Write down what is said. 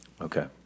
Okay